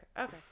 Okay